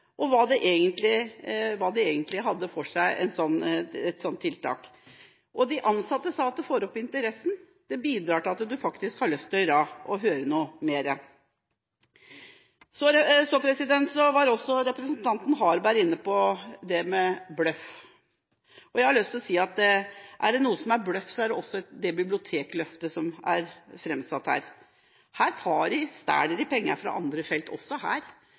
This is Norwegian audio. Der var Odd Nordstoga og underholdt. Lederen på Jotron viste til hva det gjorde for arbeidsmiljøet, hva det betydde, og hva et sånt tiltak egentlig hadde for seg. De ansatte sa at det får opp interessen, det bidrar til at en faktisk har lyst til å gjøre mer. Representanten Harberg var inne på det med bløff. Jeg har lyst til å si at er det noe som er bløff, er det det bibliotek-løftet som er framsatt her. Her også stjeler de penger fra andre felt, hvis det er det vi snakker om. Her